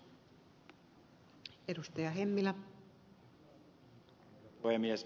arvoisa puhemies